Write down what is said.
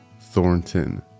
Thornton